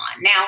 Now